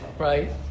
Right